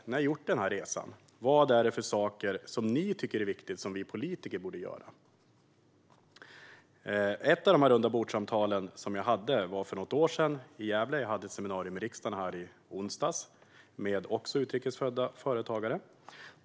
Ni har gjort den här resan. Vilka saker tycker ni är viktiga och att vi politiker bör göra?" Ett av dessa rundabordssamtal hade jag i Gävle för något år sedan. Jag hade också ett seminarium här i riksdagen i onsdags, med utrikes födda företagare.